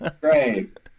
Great